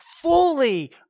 fully